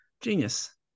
genius